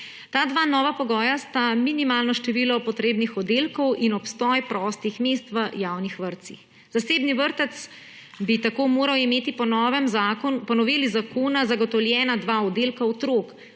Ta dva nova pogoja sta minimalno število potrebnih oddelkov in obstoj prostih mest v javnih vrtcih. Zasebni vrtec bi tako moral imeti po noveli zakona zagotovljena dva oddelka otrok,